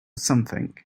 something